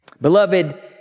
Beloved